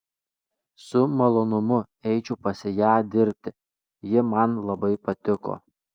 su malonumu eičiau pas ją dirbti ji man labai patiko